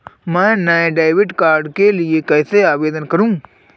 मैं नए debit card के लिए कैसे आवेदन करूं?